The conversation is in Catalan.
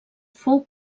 fou